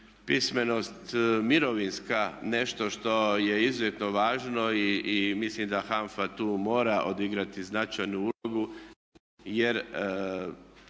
pismenost mirovinska nešto što je izuzetno važno i mislim da HANFA tu mora odigrati značajnu ulogu